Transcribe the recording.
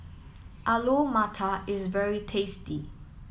Alu Matar is very tasty